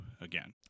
again